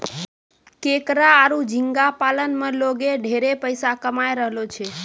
केकड़ा आरो झींगा पालन में लोगें ढेरे पइसा कमाय रहलो छै